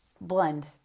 blend